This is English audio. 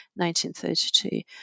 1932